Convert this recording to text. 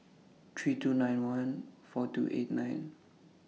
three two nine one four two eight nine